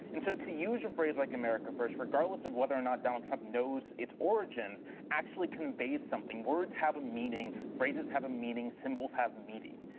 and so, to use a phrase like america first, regardless of whether or not donald trump knows its origins, actually conveys something. words have a meaning phrases have a meaning. symbols have meaning.